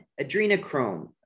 adrenochrome